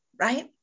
Right